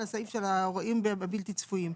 לסעיף של אירועים בלתי צפויים.